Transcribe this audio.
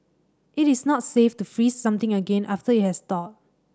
it is not safe to freeze something again after it has thawed